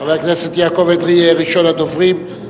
חבר הכנסת יעקב אדרי יהיה ראשון הדוברים.